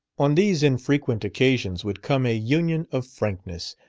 on these infrequent occasions would come a union of frankness,